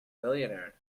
millionaire